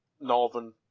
Northern